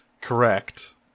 Correct